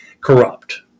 corrupt